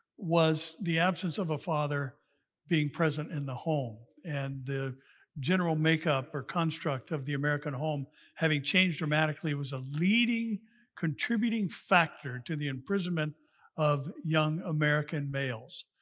was the absence of a father being present in the home. and the general makeup or construct of the american home having changed dramatically, was a leading contributing factor to the imprisonment of young american males.